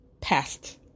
Past